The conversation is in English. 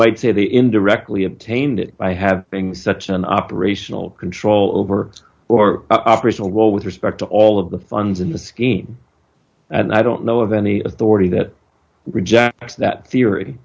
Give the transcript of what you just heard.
might say the indirectly obtained by have being such an operational control over or operational role with respect to all of the funds in the scheme and i don't know of any authority that rejects that theory